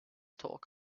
talk